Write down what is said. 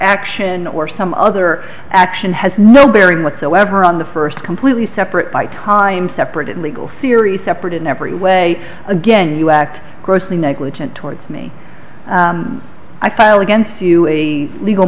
action or some other action has no bearing whatsoever on the first completely separate by time separate legal theory separate in every way again you act grossly negligent towards me i file against you legal